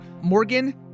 Morgan